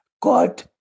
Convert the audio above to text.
God